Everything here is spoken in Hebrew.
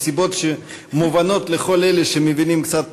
מסיבות שמובנות לכל אלה שמבינים קצת פוליטיקה,